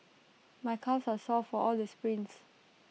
my calves are sore for all the sprints